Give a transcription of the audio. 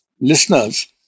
listeners